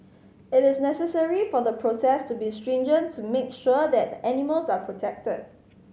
it is necessary for the process to be stringent to make sure that the animals are protected